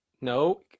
No